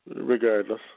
regardless